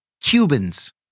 Cubans